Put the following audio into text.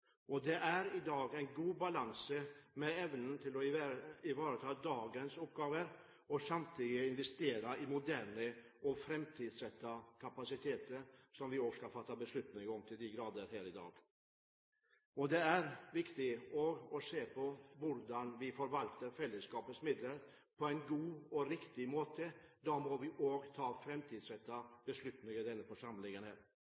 helheten. Det er i dag en god balanse med evne til å ivareta dagens oppgaver og samtidig investere i moderne og framtidsrettede kapasiteter, som vi også skal fatte beslutning om – til de grader – her i dag. Det er også viktig å se på hvordan vi forvalter fellesskapets midler på en god og riktig måte. Da må vi også ta